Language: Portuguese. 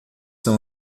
são